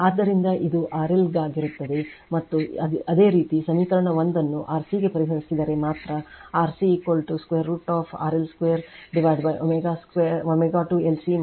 ಆದ್ದರಿಂದ ಇದು RL ಗಾಗಿರುತ್ತದೆ ಮತ್ತು ಅದೇ ರೀತಿ ಸಮೀಕರಣ 1 ಅನ್ನು RCಗೆ ಪರಿಹರಿಸಿದರೆ ಮಾತ್ರ RC √√RL 2ω2 LC ω2 C2 L C ಸಿಗುತ್ತದೆ